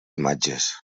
imatges